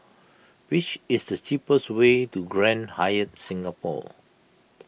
which is the cheapest way to Grand Hyatt Singapore